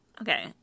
Okay